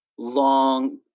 long